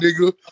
nigga